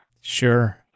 Sure